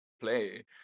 play